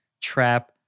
trap